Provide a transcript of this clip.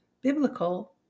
biblical